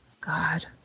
God